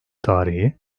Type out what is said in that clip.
tarihi